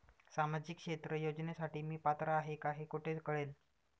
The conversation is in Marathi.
सामाजिक क्षेत्र योजनेसाठी मी पात्र आहे का हे कुठे कळेल?